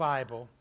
Bible